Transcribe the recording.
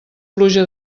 pluja